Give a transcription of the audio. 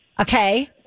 Okay